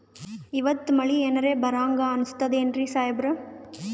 ಇವತ್ತ ಮಳಿ ಎನರೆ ಬರಹಂಗ ಅನಿಸ್ತದೆನ್ರಿ ಸಾಹೇಬರ?